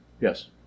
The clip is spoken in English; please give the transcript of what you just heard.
Yes